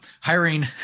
Hiring